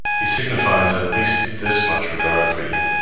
he signifies at least this much regard for you,